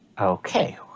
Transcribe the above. Okay